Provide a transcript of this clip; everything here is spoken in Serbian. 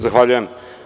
Zahvaljujem.